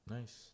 Nice